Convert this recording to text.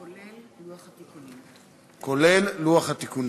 (תיקון מס' 85 והוראת שעה),